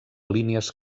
línies